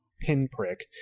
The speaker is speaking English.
pinprick